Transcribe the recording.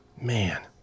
Man